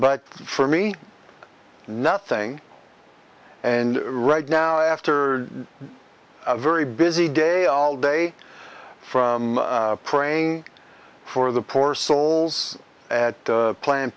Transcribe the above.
but for me nothing and right now after a very busy day all day from praying for the poor souls at planned